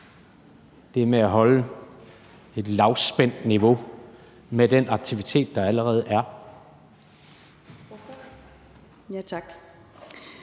her med at holde et lavspændt niveau med den aktivitet, der allerede er.